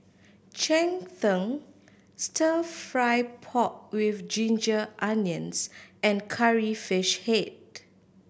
cheng tng Stir Fry pork with ginger onions and Curry Fish Head